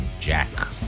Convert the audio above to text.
Jack